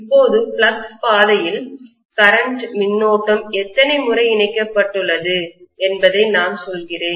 இப்போது ஃப்ளக்ஸ் பாதையில் கரண்ட் மின்னோட்டம் எத்தனை முறை இணைக்கப்பட்டுள்ளது என்பதை நான் சொல்கிறேன்